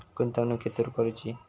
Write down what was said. गुंतवणुक खेतुर करूची?